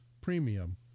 premium